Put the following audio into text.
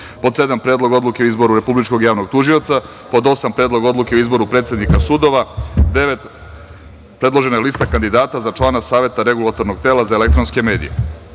Predlog odluke o izboru Republičkog javnog tužioca;8. Predlog odluke o izboru predsednika sudova;9. Predložena lista kandidata za člana Saveta Regulatornog tela za elektronske medije. Narodni